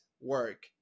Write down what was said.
work